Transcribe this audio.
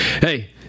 Hey